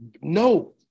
No